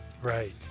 Right